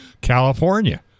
California